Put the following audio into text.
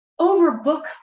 overbook